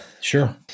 Sure